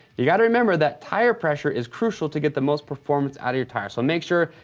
you gotta remember that tire pressure is crucial to get the most performance out of your tire. so make sure,